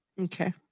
Okay